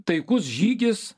taikus žygis